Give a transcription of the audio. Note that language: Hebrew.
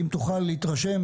ואם תוכל להתרשם,